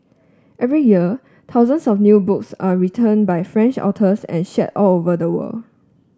every year thousands of new books are written by French authors and shared all over the world